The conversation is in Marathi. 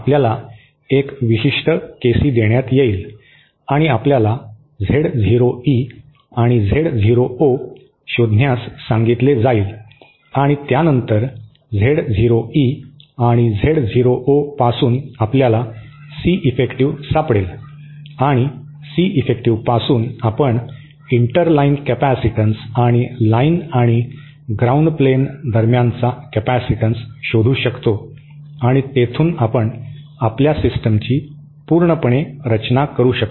आपल्याला एक विशिष्ट केसी देण्यात येईल आणि आपल्याला झेडझिरो ई आणि झेड झिरो ओ शोधण्यास सांगितले जाईल आणि त्यानंतर झेडझिरो ई आणि झेड झिरो ओ पासून आपल्याला सी इफेक्टिव्ह सापडेल आणि सी इफेक्टिव्ह पासून आपण इंटरलाइन कॅपेसिटन्स आणि लाइन आणि ग्राऊंड प्लेन दरम्यानचा कॅपेसिटन्स शोधू शकतो आणि तेथून आपण आपल्या सिस्टमची पूर्णपणे रचना करू शकतो